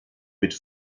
mit